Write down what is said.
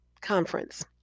conference